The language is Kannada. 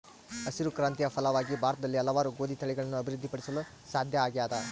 ಹಸಿರು ಕ್ರಾಂತಿಯ ಫಲವಾಗಿ ಭಾರತದಲ್ಲಿ ಹಲವಾರು ಗೋದಿ ತಳಿಗಳನ್ನು ಅಭಿವೃದ್ಧಿ ಪಡಿಸಲು ಸಾಧ್ಯ ಆಗ್ಯದ